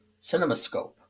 CinemaScope